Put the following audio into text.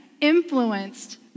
influenced